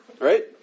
right